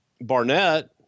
Barnett